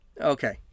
Okay